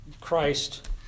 Christ